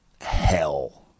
hell